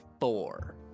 four